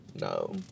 No